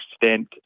extent